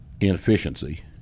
inefficiency